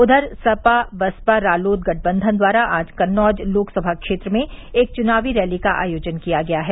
उधर सप बसपा रालोद गठबंधन द्वारा आज कन्नौज लोकसभा क्षेत्र में एक चुनावी रैली का आयोजन किया गया है